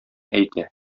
әйтә